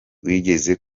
wigeze